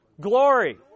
Glory